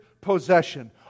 possession